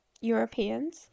Europeans